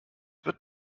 wird